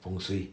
fengshui